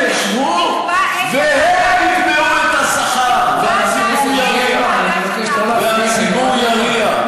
הם ישבו והם יקבעו את השכר, והציבור יריע.